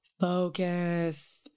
focus